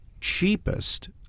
cheapest